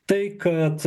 tai kad